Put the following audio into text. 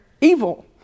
evil